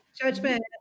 Judgment